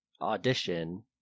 audition